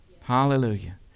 hallelujah